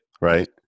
Right